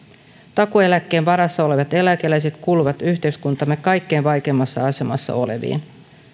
takuueläkkeen varassa olevat eläkeläiset kuuluvat yhteiskuntamme kaikkein vaikeimmassa asemassa oleviin